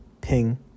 Ping